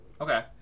Okay